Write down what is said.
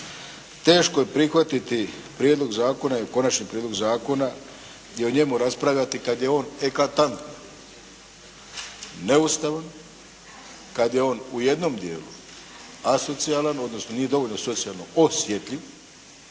teško je prihvatiti prijedlog zakona i konačni prijedlog zakona i o njemu raspravljati kad je on eklatantan, neustavan, kad je on u jednom dijelu asocijalan odnosno nije dovoljno socijalno osjetljiv.